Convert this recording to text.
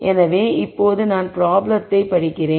எனவே இப்போது நான் ப்ராப்ளத்தை படிக்கிறேன்